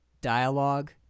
dialogue